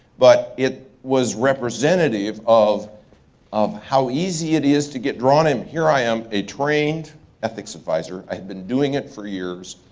but it was representative of of how easy it is to get drawn in. here i am, a trained ethics advisor. i had been doing it for years.